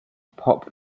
pop